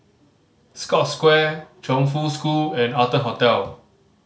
Scotts Square Chongfu School and Arton Hotel